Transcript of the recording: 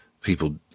people